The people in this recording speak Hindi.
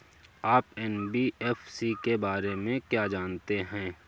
आप एन.बी.एफ.सी के बारे में क्या जानते हैं?